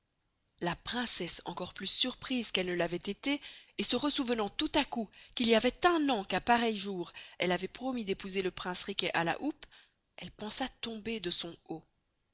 la princesse encore plus surprise qu'elle ne l'avoit esté et se resouvenant tout à coup qu'il yavoit un an qu'à pareil jour elle avoit promis d'épouser le prince riquet à la houppe pensa tomber de son haut